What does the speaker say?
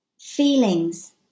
feelings